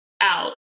out